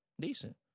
Decent